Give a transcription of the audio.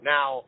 Now